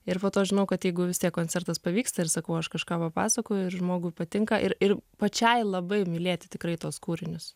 ir po to žinau kad jeigu vis tiek koncertas pavyksta ir sakau aš kažką pasakoju ir žmogui patinka ir ir pačiai labai mylėti tikrai tuos kūrinius